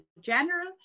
general